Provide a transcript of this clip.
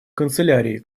канцелярии